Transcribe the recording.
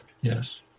yes